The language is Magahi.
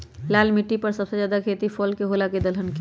लाल मिट्टी पर सबसे ज्यादा खेती फल के होला की दलहन के?